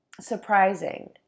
surprising